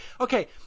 Okay